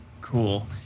cool